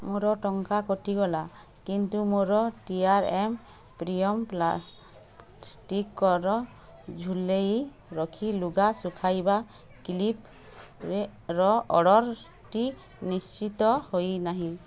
ମୋର ଟଙ୍କା କଟିଗଲା କିନ୍ତୁ ମୋର ଟି ଆର ଏମ୍ ପ୍ରିମିୟମ୍ ପ୍ଲାଷ୍ଟିକ୍ର ଝୁଲେଇ ରଖି ଲୁଗା ଶୁଖାଇବା କ୍ଲିପ୍ର ଅର୍ଡ଼ର୍ଟି ନିଶ୍ଚିତ ହୋଇନାହିଁ